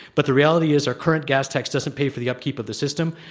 but the reality is, our current gas tax doesn't pay for the upkeep of the system.